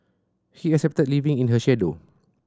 he accepted living in her shadow